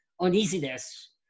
uneasiness